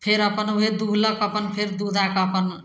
फेर अपन उहे दुहलक अपन फेर दुह दाह कऽ अपन